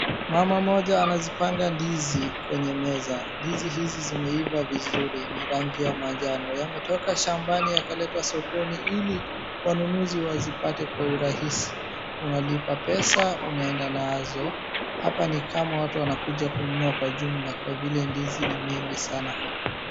Mama mmoja anazipanga ndizi kwenye meza ndizi hizi zimeiva vizuri ni rangi ya manjano yametoka shambani yakaletwa sokoni ili wanunuzi wazipate kwa urahisi. Unalipa pesa unaenda nazo, hapa ni kama watu wanakuja kunua kwa jumla kwa vile ndizi ni mingi hapa.